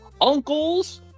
uncles